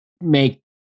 make